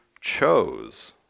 chose